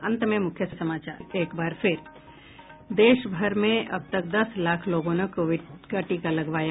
और अब अंत में मुख्य समाचार देश भर में अब तक दस लाख लोगों ने कोविड का टीका लगवाया